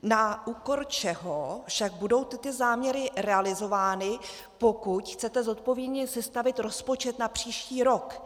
Na úkor čeho však budou tyto záměry realizovány, pokud chcete zodpovědně sestavit rozpočet na příští rok?